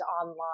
online